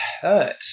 hurt